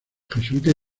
jesuitas